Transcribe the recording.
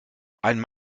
ein